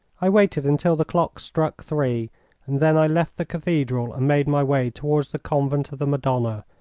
i waited until the clock struck three, and then i left the cathedral and made my way toward the convent of the madonna,